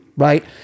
Right